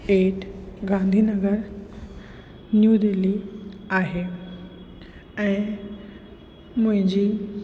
at Gandhinagar New Delhi आहे ऐं मुंहिंजी